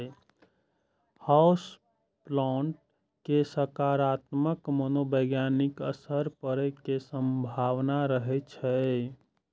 house plant के सकारात्मक मनोवैज्ञानिक असर पड़ै के संभावना रहै छै